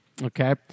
Okay